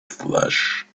flesh